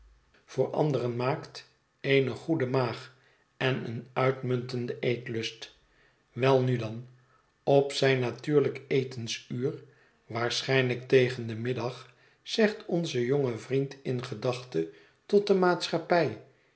voor anderen maakt eene goede maag en een uitmuntenden eetlust welnu dan op zijn natuurlijk etensuur waarschijnlijk tegen den middag zegt onze jonge vriend in gedachte tot de maatschappij